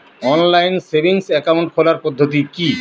Online savings account খোলার পদ্ধতি কি?